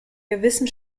gewissen